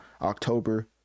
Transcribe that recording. October